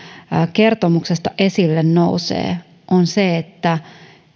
kertomuksesta esille nousee on se että